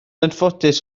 anffodus